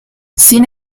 sin